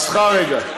אז "ס'חה רגע".